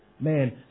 man